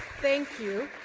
thank you.